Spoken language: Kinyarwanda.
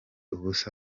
ubusa